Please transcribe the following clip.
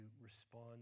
respond